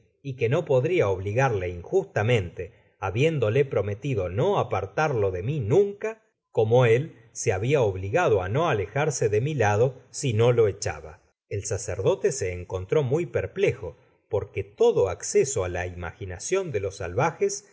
y que no podria obligarle injustamente habiéndole prometido no apartarlo de mí nunca como él se habia obligado á no alejarse de mi lado si no lo echaba content from google book search generated at el sacerdote se encontró muy perplejo porque todo acceso á la imaginacion de los salvajes